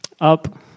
up